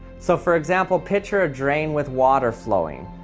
so for example, picture a drain with water flowing.